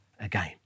again